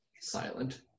silent